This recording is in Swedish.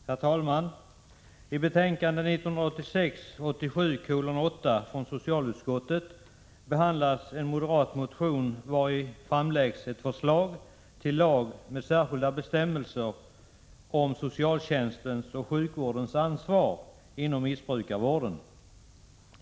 Herr talman! I betänkande 1986/87:8 från socialutskottet behandlas en moderat motion, vari framläggs ett förslag till lag med särskilda bestämmelser om socialtjänstens och sjukvårdens ansvar inom missbrukarvården.